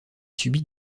subit